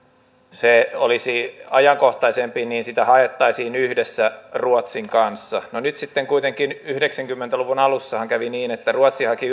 se olisi ajankohtaisempi niin sitä haettaisiin yhdessä ruotsin kanssa no sitten kuitenkin yhdeksänkymmentä luvun alussahan kävi niin että ruotsi haki